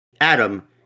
Adam